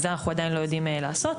זה אנחנו עדיין לא יודעים לעשות,